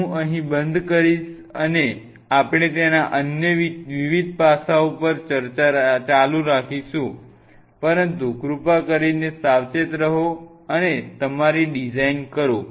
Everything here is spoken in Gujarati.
તેથી હું અહીં બંધ કરીશ અને આપણે તેના અન્ય વિવિધ પાસાઓ પર ચર્ચા ચાલુ રાખીશું પરંતુ કૃપા કરીને સાવચેત રહો અને તમારી ડિઝાઇન કરો